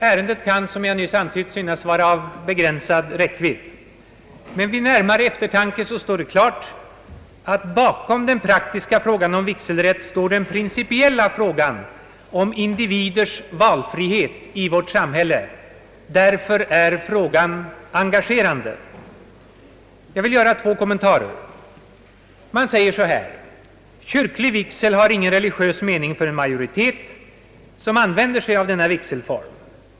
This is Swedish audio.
Ärendet kan, som jag nyss antydde, synas vara av begränsad räckvidd, men vid närmare eftertanke står det klart att bakom den praktiska frågan om vigselrätt står den principiella frågan om individens valfrihet i vårt samhälle. Därför är frågan engagerande. Jag vill göra två kommentarer. Man säger så här: Kyrklig vigsel har ingen religiös mening för en majoritet som använder sig av denna vigselform.